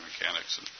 mechanics